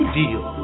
deal